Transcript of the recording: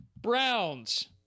Browns